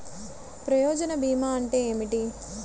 ప్రయోజన భీమా అంటే ఏమిటి?